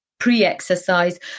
pre-exercise